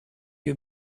you